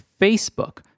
Facebook